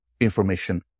information